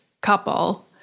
couple